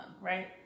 right